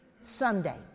Sunday